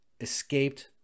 escaped